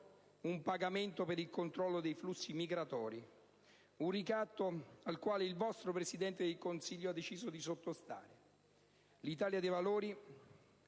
pagamento per il controllo dei flussi migratori: un ricatto al quale il vostro Presidente del Consiglio ha deciso di sottostare. L'Italia dei Valori,